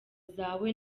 zawe